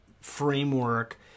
framework